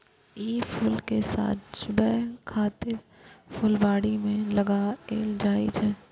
ई फूल कें सजाबै खातिर फुलबाड़ी मे लगाएल जाइ छै